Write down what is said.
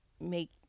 make